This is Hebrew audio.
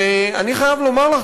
ואני חייב לומר לך,